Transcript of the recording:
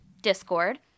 discord